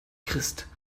christ